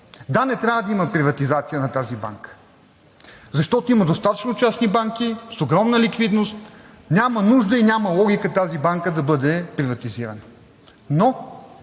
Да, не трябва да има приватизация на тази банка, защото има достатъчно частни банки с огромна ликвидност, а няма нужда и няма логика тази банка да бъде приватизирана. Но